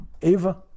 Eva